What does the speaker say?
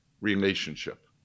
relationship